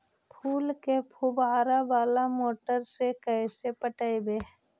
फूल के फुवारा बाला मोटर से कैसे पटइबै?